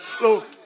Look